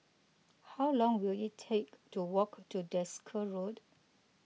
how long will it take to walk to Desker Road